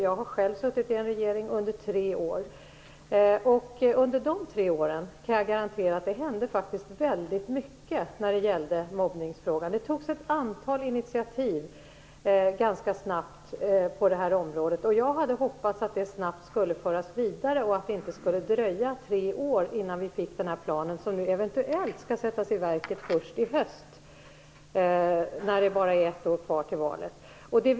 Jag har själv suttit i en regering under tre år. Under dessa tre år kan jag garantera att det hände väldigt mycket i mobbningsfrågan. Det togs ganska snabbt ett antal initiativ på området. Jag hade hoppats att de snabbt skulle föras vidare och att det inte skulle dröja tre år tills vi fick en plan. Planen skall eventuellt sättas i verket först i höst, då det bara är ett år kvar till valet.